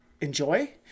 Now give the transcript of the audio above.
enjoy